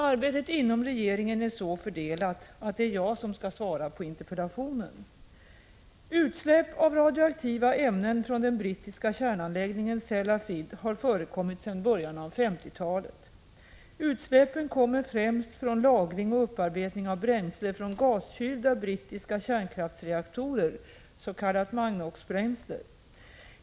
Arbetet inom regeringen är så fördelat att det är jag som skall svara på interpellationen. Utsläpp av radioaktiva ämnen från den brittiska kärnanläggningen Sellafield har förekommit sedan början av 1950-talet. Utsläppen kommer främst från lagring och upparbetning av bränsle från gaskylda brittiska kärnkraftsreaktorer, s.k. magnoxbränsle.